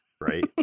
Right